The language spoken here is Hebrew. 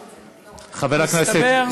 מסתבר,